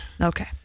Okay